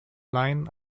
line